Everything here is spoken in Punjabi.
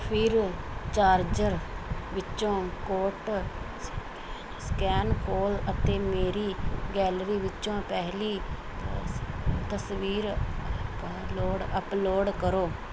ਫਿਰਚਾਰਜਰ ਵਿੱਚੋਂ ਕੋਟ ਸਕੈਨ ਸਕੈਨ ਖੋਲ ਅਤੇ ਮੇਰੀ ਗੈਲਰੀ ਵਿੱਚੋਂ ਪਹਿਲੀ ਤਸ ਤਸਵੀਰ ਅੱਪਲੋਡ ਅੱਪਲੋਡ ਕਰੋ